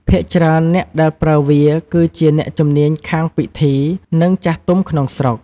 ភាគច្រើនអ្នកដែលប្រើវាគឺជា អ្នកជំនាញខាងពិធី និងចាស់ទុំក្នុងស្រុក។